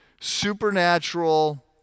supernatural